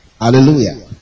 Hallelujah